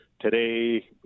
today